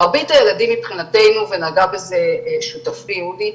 מרבית הילדים מבחינתנו, ונגע בזה שותפי אודי,